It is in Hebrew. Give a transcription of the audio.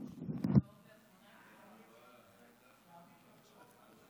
כמי שנכנסה לכנסת הזו בערך לפני